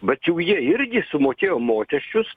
bet jau jie irgi sumokėjo mokesčius